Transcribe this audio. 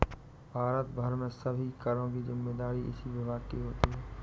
भारत भर में सभी करों की जिम्मेदारी इसी विभाग की होती है